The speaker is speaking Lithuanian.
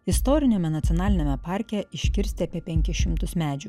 istoriniame nacionaliniame parke iškirsti apie penkis šimtus medžių